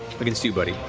against you, buddy.